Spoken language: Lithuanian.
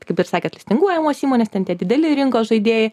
kaip ir sakėt listinguojamos įmonės ten tie dideli rinkos žaidėjai